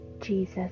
Jesus